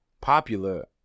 popular